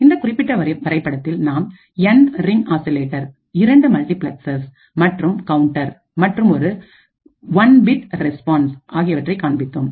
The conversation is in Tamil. இந்த குறிப்பிட்ட வரைபடத்தில் நாம் என் ரிங் ஆசிலேட்டர்இரண்டு மல்டிபிளக்ஸ்ஸஸ் மற்றும் கவுண்டர் மற்றும் ஒரு பிட் ரெஸ்பான்ஸ் ஆகியவற்றை காண்பித்தோம்